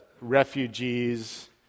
refugees